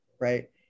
right